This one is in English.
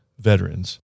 veterans